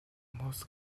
most